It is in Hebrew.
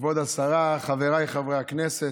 כבוד השרה, חבריי חברי הכנסת,